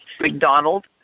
McDonald